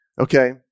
Okay